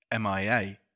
MIA